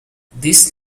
this